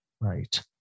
right